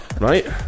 Right